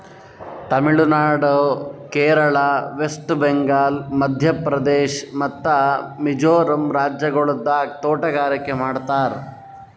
Tamil Nadu, Kerala, west Bengal, Madhya Pradesh ಮತ್ತ ಮಿಜೋರಂ ರಾಜ್ಯಗೊಳ್ದಾಗ್ ತೋಟಗಾರಿಕೆ ಮಾಡ್ತಾರ್